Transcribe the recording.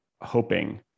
hoping